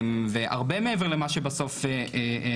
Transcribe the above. והרבה מעבר למה שבסוף נחשף,